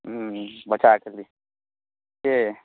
हूँ बच्चाके लेल के